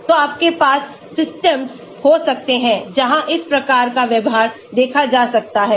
तो आपके पास सिस्टम हो सकते हैं जहां इस प्रकार का व्यवहार देखा जा सकता है